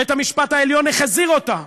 בית-המשפט העליון החזיר אותה.